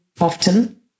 often